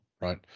right